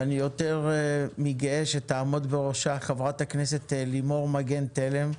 ואני יותר מגאה שתעמוד בראשה חברת הכנסת לימור מגן תלם,